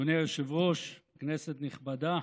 אדוני היושב-ראש, כנסת נכבדה,